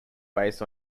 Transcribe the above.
based